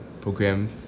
program